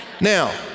Now